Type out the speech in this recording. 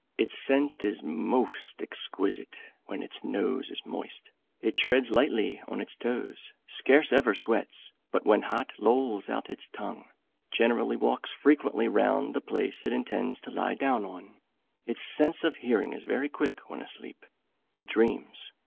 its scent is most exquisite when its nose is moist it treads lightly on its toes scarce ever sweats, but when hot, lolls out its tongue generally walks frequently round the place it intends to lie down on its sense of hearing is very quick when asleep it dreams.